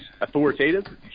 authoritative